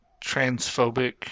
transphobic